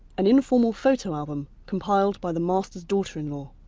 an informal photo album compiled by the master's daughter-in-law.